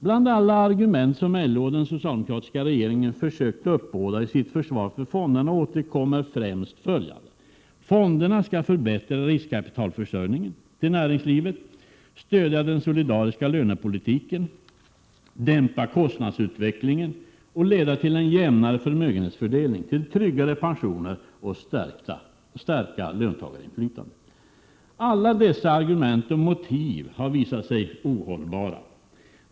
Bland alla argument som LO och den socialdemokratiska regeringen försökte uppbåda i sitt försvar för fonderna återkom främst följande: Fonderna skulle förbättra riskkapitalförsörjningen till näringslivet, stödja den solidariska lönepolitiken, dämpa kostnadsutvecklingen, leda till en jämnare förmögenhetsfördelning, leda till tryggare pensioner och stärka löntagarinflytandet. Alla dessa argument och motiv har visat sig ohållbara.